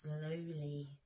slowly